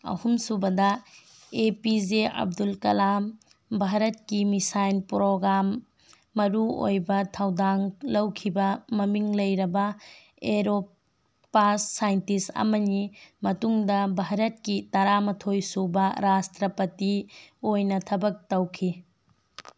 ꯑꯍꯨꯝ ꯁꯨꯕꯗ A P J Abdul Kalam ꯚꯥꯔꯠꯀꯤ ꯃꯤꯁꯥꯏꯜ ꯄ꯭ꯔꯣꯒ꯭ꯔꯥꯝ ꯃꯔꯨ ꯑꯣꯏꯕ ꯊꯧꯗꯥꯡ ꯂꯧꯈꯤꯕ ꯃꯃꯤꯡ ꯂꯩꯔꯕ ꯑꯦꯔꯣ ꯄꯥꯁ ꯁꯥꯏꯟꯇꯤꯁ ꯑꯃꯅꯤ ꯃꯇꯨꯡꯗ ꯚꯥꯔꯠꯀꯤ ꯇꯔꯥꯃꯥꯊꯣꯏ ꯁꯨꯕ ꯔꯥꯁꯇ꯭ꯔꯄꯇꯤ ꯑꯣꯏꯅ ꯊꯕꯛ ꯇꯧꯈꯤ